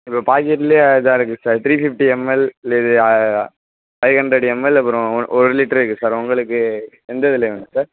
இப்போ பாக்கெட்லையே இதாக இருக்குது சார் த்ரீ ஃபிஃப்ட்டி எம்எல் இல்லை இது ஃபைவ் ஹண்ரட் எம்எல் அப்புறம் ஒரு ஒரு லிட்ரு இருக்கும் சார் உங்களுக்கு எந்த இதில் வேணும் சார்